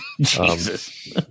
Jesus